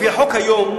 לפי החוק היום,